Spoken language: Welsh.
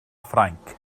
ffrainc